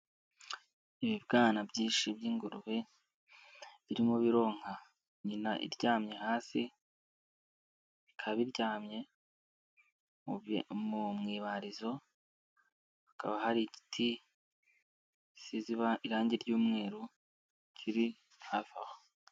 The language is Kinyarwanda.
Ibibwana byinshi by'ingurube birimo bironka nyina iryamye hasi. Ikaba iryamye mu ibarizo, hakaba hari igiti gisize irangi ry'umweru kiri hafi aho.